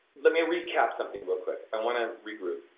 let me recap something real quick. i want to regroup,